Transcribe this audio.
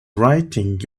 writing